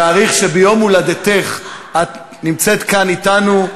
יעריך שביום הולדתך את נמצאת כאן אתנו,